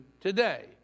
today